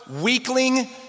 weakling